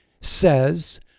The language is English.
says